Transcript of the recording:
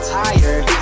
tired